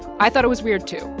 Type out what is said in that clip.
i thought it was weird, too.